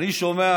אני שומע